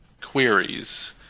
queries